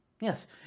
Yes